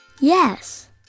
Yes